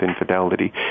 infidelity